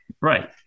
Right